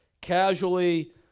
casually